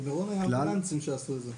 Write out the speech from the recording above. במירון היו אמבולנסים שיעשו את זה.